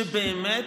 שבאמת,